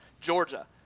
Georgia